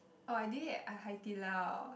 oh I did it at Hai-Di-Lao